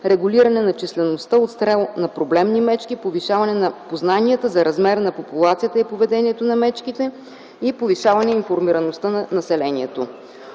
регулиране на числеността, отстрел на проблемни мечки, повишаване на познанията за размера на популацията и поведението на мечките и повишаване информираността на населението.